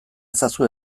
ezazu